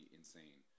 insane